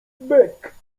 bek